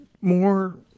more